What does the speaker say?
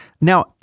Now